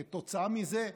וכתוצאה מזה,